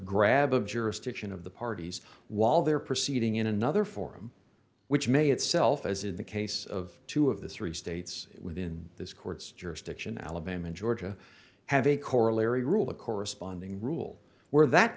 grab of jurisdiction of the parties while they're proceeding in another forum which may itself as in the case of two of the three states within this court's jurisdiction alabama georgia have a corollary rule a corresponding rule where that